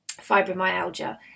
fibromyalgia